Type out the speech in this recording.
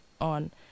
on